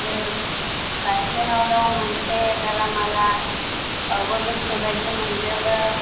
ओरै बासटेनाव दं मोनसे गालामाला बावबो गोसो बाइदि मोनजोबो